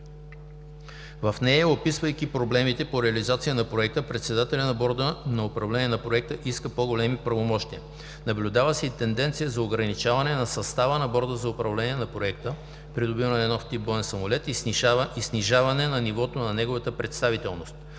В нея, описвайки проблемите по реализация на проекта, председателят на Борда за управление на проекта иска по големи правомощия. Наблюдава се и тенденция за ограничаване на състава на Борда за управление на проекта „Придобиване на нов тип боен самолет" и снижаване на нивото на неговата представителност.